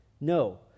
No